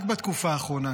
רק בתקופה האחרונה,